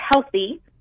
healthy